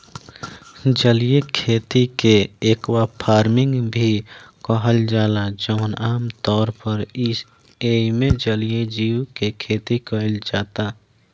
जलीय खेती के एक्वाफार्मिंग भी कहल जाला जवन आमतौर पर एइमे जलीय जीव के खेती कईल जाता